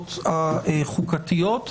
הזכויות החוקתיות.